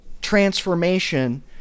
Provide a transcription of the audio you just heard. transformation